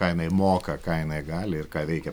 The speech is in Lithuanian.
ką jinai moka ką jinai gali ir ką veikia